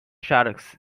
sharks